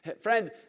friend